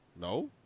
No